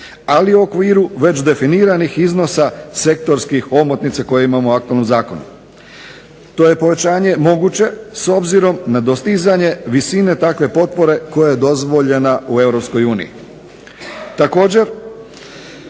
ali u okviru već definiranih iznosa sektorskih omotnica koje imamo u aktualnom zakonu. To je povećanje moguće s obzirom na dostizanje visine takve potpore koja je dozvoljena u EU.